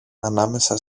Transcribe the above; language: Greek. ανάμεσα